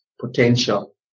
potential